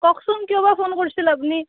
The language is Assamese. কওকচোন কিয় বা ফোন কৰিছিল আপুনি